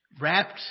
Wrapped